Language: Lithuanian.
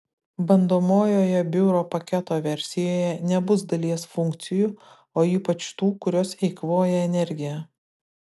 bandomojoje biuro paketo versijoje nebus dalies funkcijų o ypač tų kurios eikvoja energiją